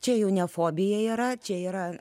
čia jau ne fobija yra čia yra